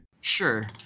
Sure